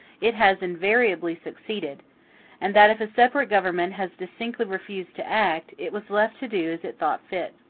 it has invariably succeeded and that if a separate government has distinctly refused to act, it was left to do as it thought fit.